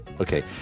Okay